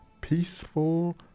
peaceful